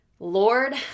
Lord